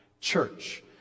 church